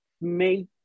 make